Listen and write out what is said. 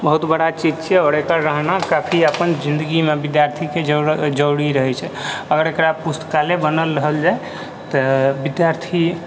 बहुत बड़ा चीज छियै आओर एकर रहना काफी अपन जिन्दगीमे भी विद्यार्थीके जरुरी रहै छै अगर एकरा पुस्तकालय बनल रहल जाइ तऽ विद्यार्थी